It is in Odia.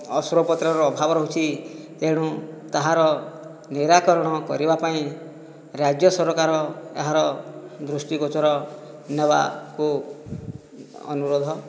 ଅସ୍ତ୍ରୋପଚାରର ଅଭାବ ରହୁଛି ଏଣୁ ତାହାର ନିରାକରଣ କରିବା ପାଇଁ ରାଜ୍ୟ ସରକାର ଏହାର ଦୃଷ୍ଟିଗୋଚର ନେବାକୁ ଅନୁରୋଧ